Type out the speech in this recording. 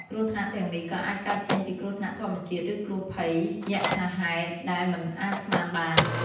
គ្រោះថ្នាក់ទាំងនេះក៏អាចកើតចេញពីគ្រោះធម្មជាតិ ឬគ្រោះភ័យយថាហេតុដែលមិនអាចស្មានបាន។